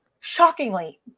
Shockingly